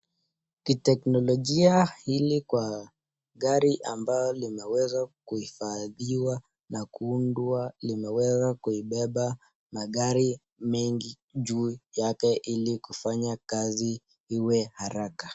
Kitechnolojia, hili kwa gari ambalo limeweza kuhifadhiwa na kuundwa limeweza kubeba magari mengi juu yake ili kufanya kazi haraka.